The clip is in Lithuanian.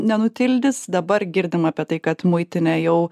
nenutildys dabar girdim apie tai kad muitinė jau